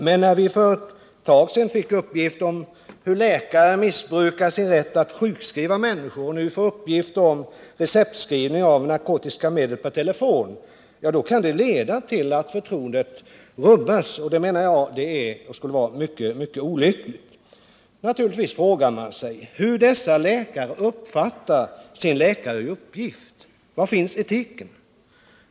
Men när vi för ett tag sedan fick uppgifter om hur läkare missbrukar sin rätt att sjukskriva människor och nu får uppgifter om receptskrivning av narkotiska medel per telefon, kan det leda till att förtroendet rubbas. Det menar jag skulle vara mycket olyckligt. Naturligtvis frågar man sig hur dessa läkare uppfattar sin läkaruppgift. Var finns etiken?